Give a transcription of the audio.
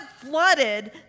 flooded